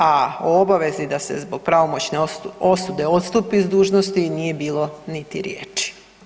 A o obavezi da se zbog pravomoćne osude odstupi s dužnosti nije bilo niti riječi.